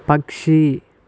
పక్షి